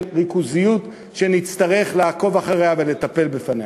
ריכוזיות שנצטרך לעקוב אחריה ולטפל בה.